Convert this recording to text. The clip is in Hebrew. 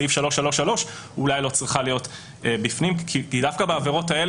סעיף 333 אולי לא צריכה להיות בפנים כי דווקא בעבירות האלה